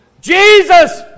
Jesus